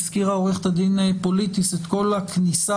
הזכירה עורכת הדין פוליטיס את כל הכניסה